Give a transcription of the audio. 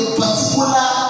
particular